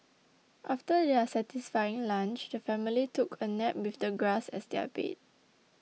after their satisfying lunch the family took a nap with the grass as their bed